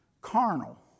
carnal